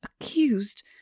Accused